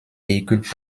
véhicules